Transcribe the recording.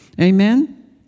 Amen